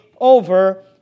over